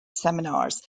seminars